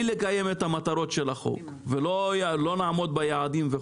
לקיים את המטרות של החוק ולא נעמוד ביעדים.